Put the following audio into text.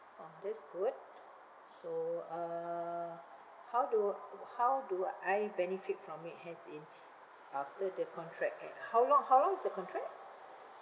orh that's good so uh how do oo how do I benefit from it as in after the contract e~ how long how long is the contract